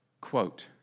Quote